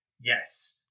Yes